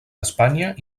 espanya